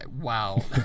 wow